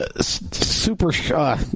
super